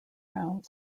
around